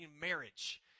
marriage